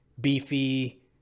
beefy